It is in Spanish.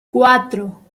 cuatro